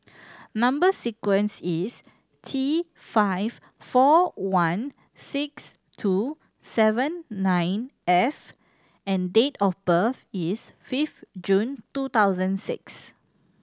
number sequence is T five four one six two seven nine F and date of birth is fifth June two thousand six